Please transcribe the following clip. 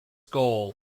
goal